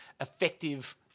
effective